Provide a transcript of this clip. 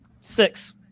Six